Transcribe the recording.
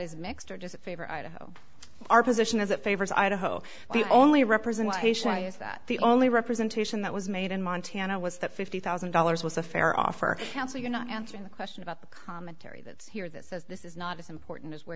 is mixed or does it favor idaho our position as it favors idaho the only representation is that the only representation that was made in montana was that fifty thousand dollars was a fair offer counsel you're not answering the question about the commentary that's here that says this is not as important as where